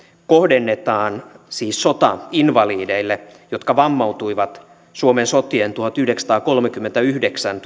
kohdennetaan siis sotainvalideille jotka vammautuivat suomen sotien tuhatyhdeksänsataakolmekymmentäyhdeksän